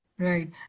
Right